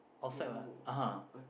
outside [what] (uh huh)